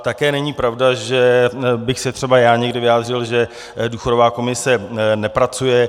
Také není pravda, že bych se třeba já někdy vyjádřil, že důchodová komise nepracuje.